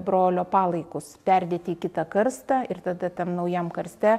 brolio palaikus perdėti į kitą karstą ir tada tam naujam karste